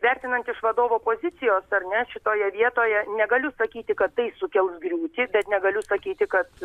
vertinant iš vadovo pozicijos ar net šitoje vietoje negaliu sakyti kad tai sukels griūtį bet negaliu sakyti kad